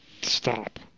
stop